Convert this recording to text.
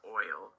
oil